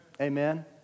Amen